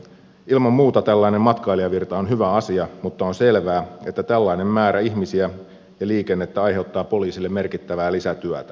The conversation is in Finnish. ilman muuta tällainen matkailijavirta on hyvä asia mutta on selvää että tällainen määrä ihmisiä ja liikennettä aiheuttaa poliisille merkittävää lisätyötä